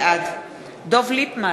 בעד דב ליפמן,